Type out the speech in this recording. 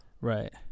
Right